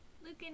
Lucan